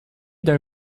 d’un